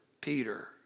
Peter